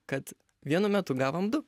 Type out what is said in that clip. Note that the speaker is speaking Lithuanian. kad vienu metu gavome du